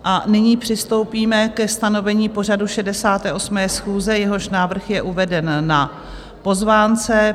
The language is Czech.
A nyní přistoupíme ke stanovení pořadu 68. schůze, jehož návrh je uveden na pozvánce.